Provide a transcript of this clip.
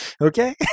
Okay